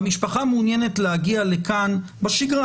המשפחה מעוניינת להגיע לכאן בשגרה